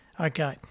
Okay